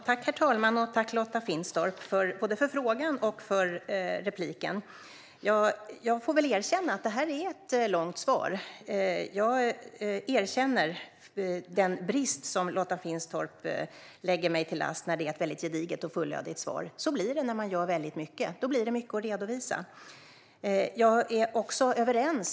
Herr talman! Tack, Lotta Finstorp, både för frågan och för anförandet! Jag får väl erkänna att det här är ett långt svar. Jag erkänner den brist som Lotta Finstorp lägger mig till last när det är ett väldigt gediget och fullödigt svar. Så blir det när man gör väldigt mycket. Då blir det mycket att redovisa.